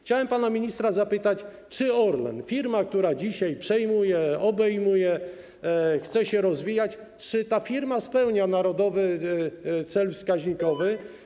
Chciałem pana ministra zapytać: Czy Orlen, firma, która dzisiaj przejmuje, obejmuje, chce się rozwijać, osiąga narodowy cel wskaźnikowy?